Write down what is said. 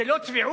זו לא צביעות?